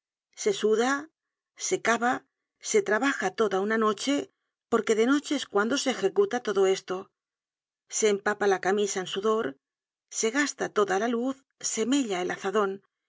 se suda se cava se trabaja toda una noche porque de noche es cuando se ejecuta todo esto se empapa la camisa en sudor se gasta toda la luz se mella el azadon